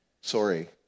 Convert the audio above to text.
Sorry